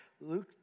Luke